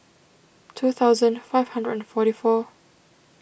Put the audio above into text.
two thousand five hundred and forty four